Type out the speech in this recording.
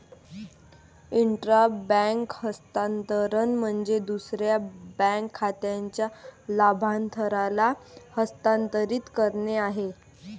intra bank हस्तांतरण म्हणजे दुसऱ्या बँक खात्याच्या लाभार्थ्याला हस्तांतरित करणे आहे